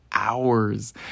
hours